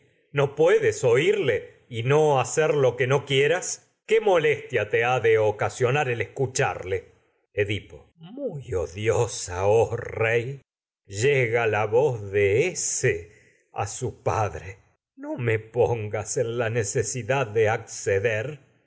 no puedes oírle no y no hacer lo el que quieras qué molestia te ha de ocasionar escu charle edipo muy odiosa me oh rey en llega la voz de ése a su padre no pongas si su la necesidad de acceder